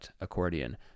accordion